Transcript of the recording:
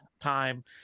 time